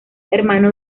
hermano